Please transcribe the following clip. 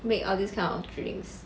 make all these kind of drinks